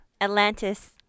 Atlantis